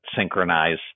synchronize